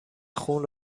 خون